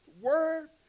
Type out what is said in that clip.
word